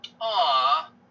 aw